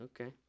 Okay